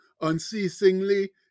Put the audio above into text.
unceasingly